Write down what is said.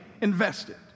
invested